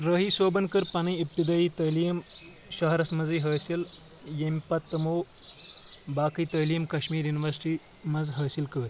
رٲہی صٲبَن کٔر پنٕنۍ اِبتِدٲیی تعلیم شہرس منٛزٕے حٲصِل ییٚمہِ پتہٕ تِمو باقٕے تعلیٖم کشمیٖر یُنوَرسٹی منٛز حٲصِل کر